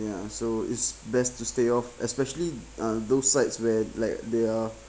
ya so it's best to stay off especially uh those sites where like there are